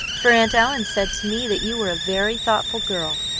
for aunt ellen said to me that you were a very thoughtful girl.